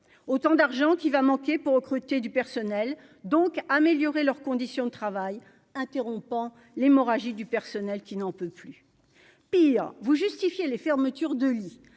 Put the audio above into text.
autant d'argent qui va manquer pour recruter du personnel donc améliorer leurs conditions de travail, interrompant l'hémorragie du personnel qui n'en peut plus pire vous justifier les fermetures de lits